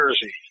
Jersey